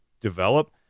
develop